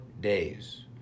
days